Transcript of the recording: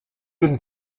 une